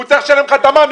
הוא צריך לשלם לך את המע"מ,